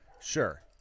Sure